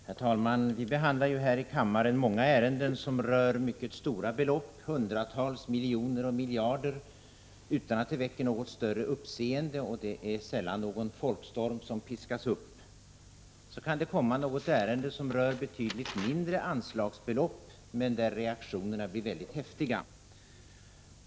Herr talman! Vi behandlar här i kammaren många ärenden som rör mycket stora belopp — hundratals miljoner och miljarder — utan att det väcker något större uppseende. Det är sällan någon folkstorm piskas upp. Så kan det komma något ärende som rör betydligt mindre anslagsbelopp men där reaktionerna blir väldigt häftiga.